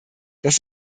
das